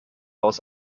aus